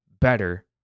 better